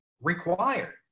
required